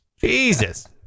Jesus